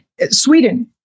Sweden